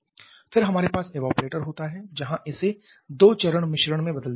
फिर हमारे पास इवेपरेटर होता है जहां इसे दो चरण मिश्रण में बदल दिया जाता है